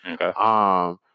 Okay